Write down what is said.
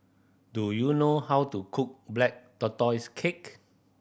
do you know how to cook Black Tortoise Cake